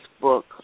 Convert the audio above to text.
book